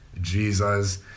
Jesus